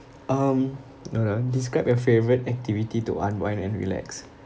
um now ah describe your favourite activity to unwind and relax